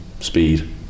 speed